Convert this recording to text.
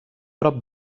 prop